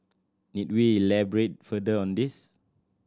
need we elaborate further on this